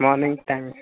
morning times